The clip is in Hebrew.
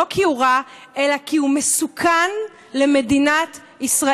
לא כי הוא רע אלא כי הוא מסוכן למדינת ישראל,